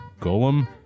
golem